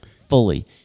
fully